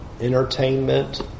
entertainment